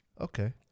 okay